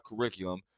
curriculum